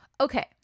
okay